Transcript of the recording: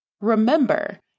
Remember